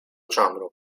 ĉambro